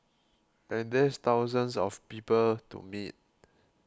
and there's thousands of people to meet